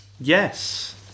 Yes